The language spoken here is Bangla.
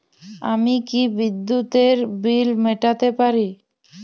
আমি কি বিদ্যুতের বিল মেটাতে পারি?